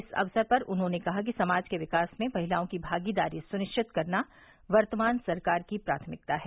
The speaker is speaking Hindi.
इस अवसर पर उन्होंने कहा कि समाज के विकास में महिलाओं की भागदारी सुनिश्चित करना वर्तमान सरकार की प्राथमिकता है